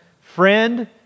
friend